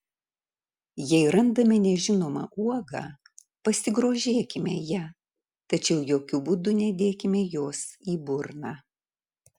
jei randame nežinomą uogą pasigrožėkime ja tačiau jokiu būdu nedėkime jos į burną